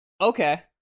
Okay